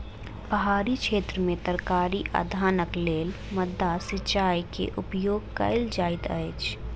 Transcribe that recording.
पहाड़ी क्षेत्र में तरकारी आ धानक लेल माद्दा सिचाई के उपयोग कयल जाइत अछि